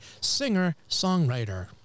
singer-songwriter